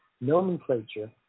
nomenclature